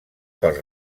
pels